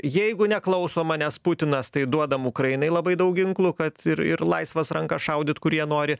jeigu neklauso manęs putinas tai duodam ukrainai labai daug ginklų kad ir ir laisvas rankas šaudyt kur jie nori